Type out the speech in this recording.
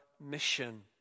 mission